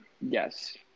Yes